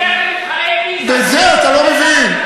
תלך למבחני פיז"ה, תראה, בזה אתה לא מבין.